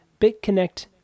BitConnect